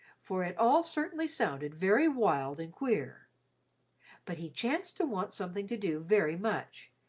for it all certainly sounded very wild and queer but he chanced to want something to do very much,